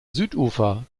südufer